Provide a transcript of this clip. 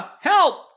help